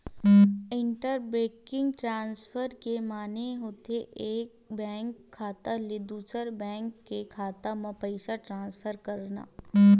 inter banking transfer के माने होथे एक बेंक खाता ले दूसर बेंक के खाता म पइसा ट्रांसफर करना